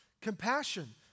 compassion